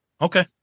Okay